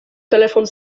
telefon